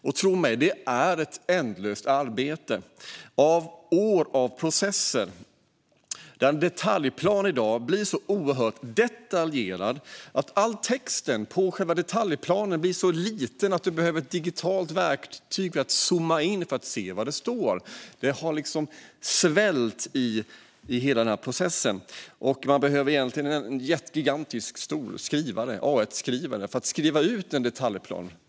Och tro mig; det är ett ändlöst arbete med år av processer. En detaljplan blir i dag så oerhört detaljerad att all text på själva detaljplanen blir så liten att man behöver ett digitalt verktyg att zooma in med för att se vad det står. Hela processen har liksom svällt. Man behöver en gigantisk skrivare, en A1-skrivare, för att skriva ut en detaljplan.